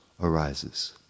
arises